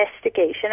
investigation